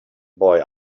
boy